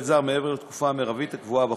זר מעבר לתקופה המרבית הקבועה בחוק,